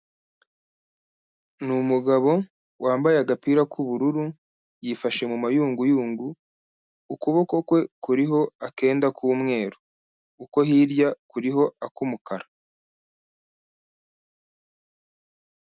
Ni umugabo wambaye agapira k'ubururu, yifashe mu mayunguyungu, ukuboko kwe kuriho akenda k'umweru, uko hirya kuriho ak'umukara.